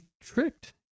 tricked